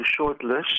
shortlist